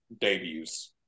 debuts